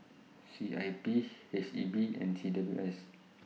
C I P H E B and C W S